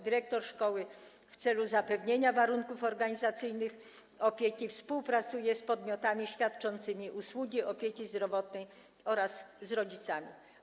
Dyrektor szkoły w celu zapewnienia warunków organizacyjnych opieki współpracuje z podmiotami świadczącymi usługi opieki zdrowotnej oraz z rodzicami.